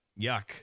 Yuck